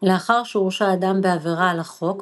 לאחר שהורשע אדם בעבירה על החוק,